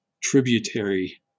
tributary